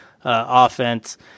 offense